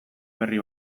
berri